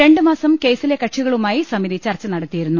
രണ്ട്മാസം കേസിലെ കക്ഷികളുമായി സമിതി ചർച്ച നടത്തിയിരുന്നു